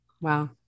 Wow